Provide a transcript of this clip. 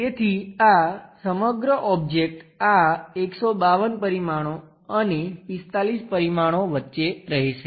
તેથી આ સમગ્ર ઓબ્જેક્ટ આ 152 પરિમાણો અને 45 પરિમાણો વચ્ચે રહેશે